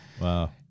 Wow